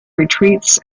retreats